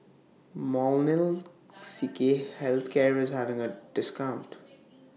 Molnylcke Health Care IS having A discount